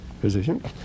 position